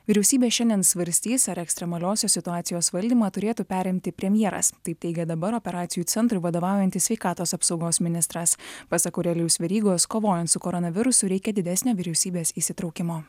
vyriausybė šiandien svarstys ar ekstremaliosios situacijos valdymą turėtų perimti premjeras taip teigė dabar operacijų centrui vadovaujantis sveikatos apsaugos ministras pasak aurelijaus verygos kovojant su koronavirusu reikia didesnio vyriausybės įsitraukimo